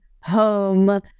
home